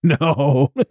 No